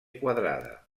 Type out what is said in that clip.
quadrada